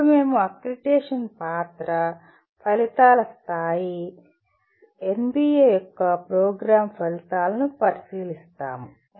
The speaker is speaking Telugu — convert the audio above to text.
అప్పుడు మేము అక్రిడిటేషన్ పాత్ర ఫలితాల స్థాయిలు ఎన్బిఎ యొక్క ప్రోగ్రామ్ ఫలితాలను పరిశీలిస్తాము